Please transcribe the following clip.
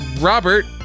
Robert